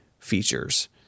features